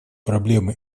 проблемы